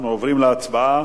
אנחנו עוברים להצבעה,